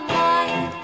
mind